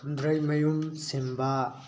Phundreimayum Simba